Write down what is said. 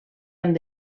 amb